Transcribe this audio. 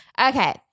Okay